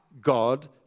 God